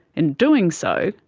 in doing so,